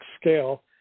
scale